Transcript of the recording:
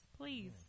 Please